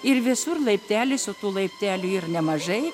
ir visur laipteliais o tų laiptelių yr nemažai